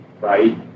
right